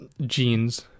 jeans